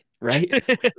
Right